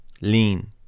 lean